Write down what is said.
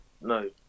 No